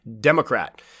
Democrat